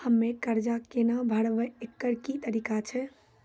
हम्मय कर्जा केना भरबै, एकरऽ की तरीका छै?